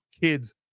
kids